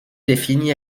définis